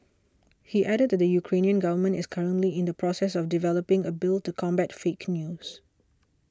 he added that the Ukrainian government is currently in the process of developing a bill to combat fake news